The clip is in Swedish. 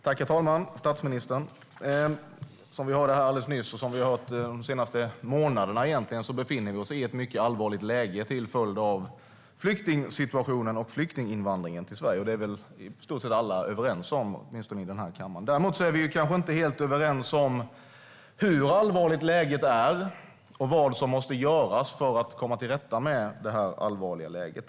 Herr talman och statsministern! Som vi hörde här alldeles nyss och som vi har hört de senaste månaderna befinner vi oss i ett mycket allvarligt läge till följd av flyktingsituationen och flyktinginvandringen till Sverige. Det är väl i stort sett alla överens om, åtminstone i den här kammaren. Däremot är vi kanske inte helt överens om hur allvarligt läget är eller om vad som måste göras för att komma till rätta med det här allvarliga läget.